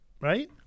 right